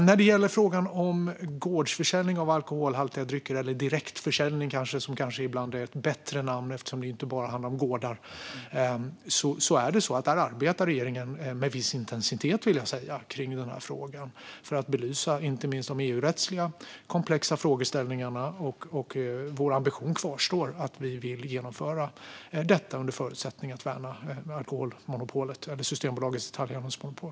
När det gäller frågan om gårdsförsäljning av alkoholhaltiga drycker - direktförsäljning är kanske ett bättre namn, eftersom det inte bara handlar om gårdar - arbetar regeringen med frågan med viss intensitet, inte minst för att belysa de EU-rättsligt komplexa frågeställningarna. Vår ambition kvarstår; vi vill genomföra detta, under förutsättning att vi kan värna Systembolagets detaljhandelsmonopol.